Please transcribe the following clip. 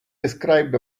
described